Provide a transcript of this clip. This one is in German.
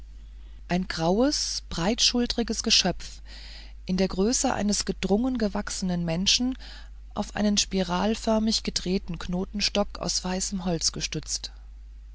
ein graues breitschultriges geschöpf in der größe eines gedrungen gewachsenen menschen auf einen spiralförmig gedrehten knotenstock aus weißem holz gestützt